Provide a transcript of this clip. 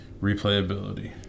Replayability